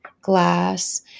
Glass